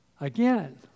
again